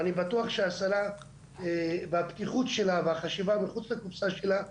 אני בטוח שהשרה והפתיחות שלה והחשיבה מחוץ לקופסה שלה,